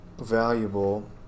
valuable